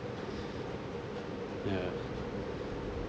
ya